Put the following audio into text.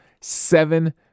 seven